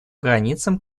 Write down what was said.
границам